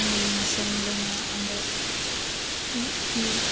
ᱧᱮᱞᱤᱧ ᱥᱮᱱ ᱞᱮᱱᱟ ᱚᱸᱰᱮ ᱢᱤᱫᱴᱤᱡ